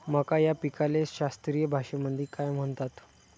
मका या पिकाले शास्त्रीय भाषेमंदी काय म्हणतात?